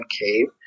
cave